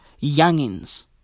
youngins